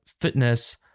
fitness